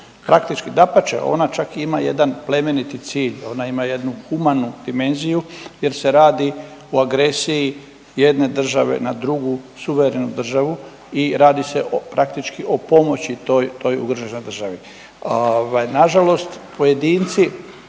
Praktički dapače ona čak ima i jedan plemeniti cilj, ona ima jednu humanu dimenziju jer se radi o agresiji jedne države na drugu suverenu državu i radi se praktički o pomoći toj, toj ugroženoj državi.